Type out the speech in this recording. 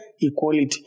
equality